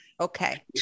okay